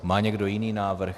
Má někdo jiný návrh?